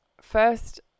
First